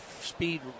speed